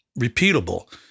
repeatable